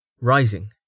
rising